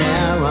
Now